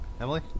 Emily